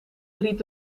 riep